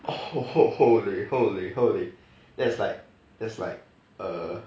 oh [ho] [ho] holy holy holy that's like that's like err